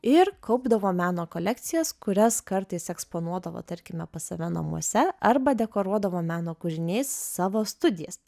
ir kaupdavo meno kolekcijas kurias kartais eksponuodavo tarkime pas save namuose arba dekoruodavo meno kūriniais savo studijas